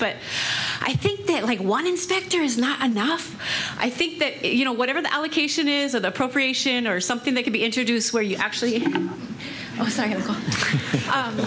but i think that like one inspector is not enough i think that you know whatever the allocation is or the appropriation or something they could be introduced where you actually